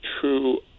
true